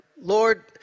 Lord